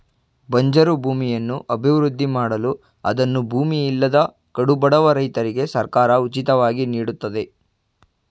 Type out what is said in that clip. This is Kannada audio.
ಬಂಜರು ಭೂಮಿಯನ್ನು ಅಭಿವೃದ್ಧಿ ಮಾಡಲು ಅದನ್ನು ಭೂಮಿ ಇಲ್ಲದ ಕಡುಬಡವ ರೈತರಿಗೆ ಸರ್ಕಾರ ಉಚಿತವಾಗಿ ನೀಡುತ್ತದೆ